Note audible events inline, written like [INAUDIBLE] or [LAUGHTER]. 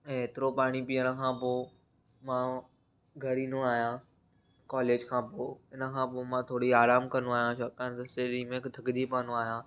ऐं हेतिरो पाणी पीअण खां पोइ मां घरु ईंदो आहियां कॉलेज खां पोइ इनखां पोइ मां थोरी आरामु कंदो आहियां छाकाणि त [UNINTELLIGIBLE] में थकिजी पवंदो आहियां